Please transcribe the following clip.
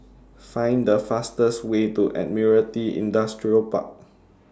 Find The fastest Way to Admiralty Industrial Park